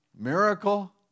Miracle